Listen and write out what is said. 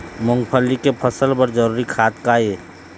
मूंगफली के फसल बर जरूरी खाद का ये?